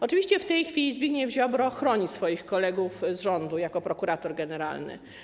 Oczywiście w tej chwili Zbigniew Ziobro chroni swoich kolegów z rządu jako prokurator generalny.